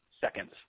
seconds